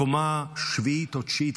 בקומה שביעית או תשיעית,